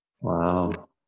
Wow